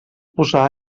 posar